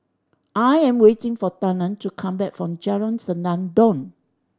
I am waiting for Talen to come back from Jalan Senandong